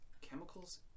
chemicals